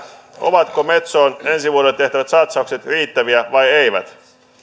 ovatko metsoon ensi vuodelle tehtävät satsaukset riittäviä vai eivätkö